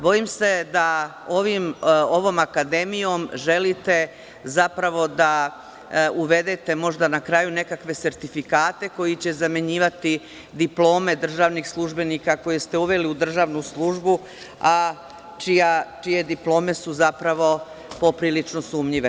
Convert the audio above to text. Bojim se da ovom akademijom želite zapravo da uvedete možda, na kraju, nekakve sertifikate koji će zamenjivati diplome državnih službenika koje ste uveli u državnu službu, a čije diplome su zapravo poprilično sumnjive.